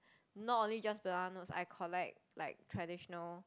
not only just banana notes I collect like traditional